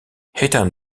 ethan